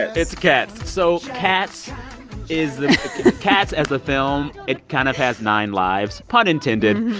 it's cats. so cats is cats as a film, it kind of has nine lives pun intended.